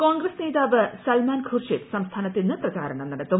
കോൺഗ്രസ് നേതാവ് സൽമാൻഖുർഷിത് സംസ്ഥാനത്ത് ഇന്ന് പ്രചാരണം നടത്തും